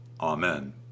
Amen